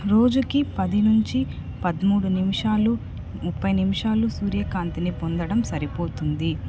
రోజుకి పది నుంచి పదమూడు నిమిషాలు ముప్పై నిమిషాలు సూర్యకాంతిని పొందడం సరిపోతుంది